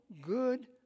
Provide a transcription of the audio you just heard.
good